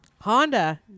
Honda